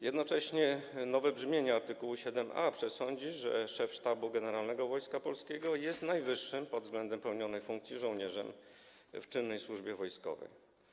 Jednocześnie nowe brzmienie art. 7a przesądzi, że szef Sztabu Generalnego Wojska Polskiego jest najwyższym pod względem pełnionej funkcji żołnierzem w czynnej służbie wojskowej.